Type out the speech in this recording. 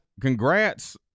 congrats